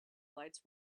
lights